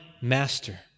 master